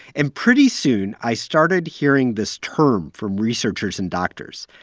and pretty soon, i started hearing this term from researchers and doctors.